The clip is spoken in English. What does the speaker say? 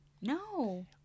no